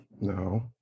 No